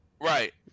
Right